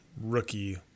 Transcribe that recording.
rookie